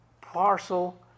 parcel